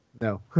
No